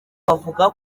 bavuga